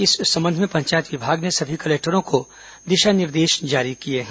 इस संबंध में पंचायत विभाग ने सभी कलेक्टरों को दिशा निर्देश जारी किया है